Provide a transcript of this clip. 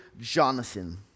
Jonathan